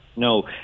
No